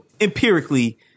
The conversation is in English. empirically